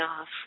off